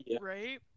Right